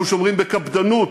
אנחנו שומרים בקפדנות